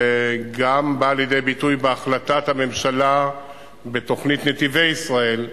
וגם באה לידי ביטוי בהחלטת הממשלה בתוכנית "נתיבי ישראל",